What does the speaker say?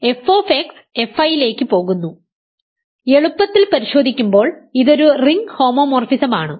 f fi ലേക്ക് പോകുന്നു എളുപ്പത്തിൽ പരിശോധിക്കുമ്പോൾ ഇതൊരു റിംഗ് ഹോമോമോർഫിസം ആണ്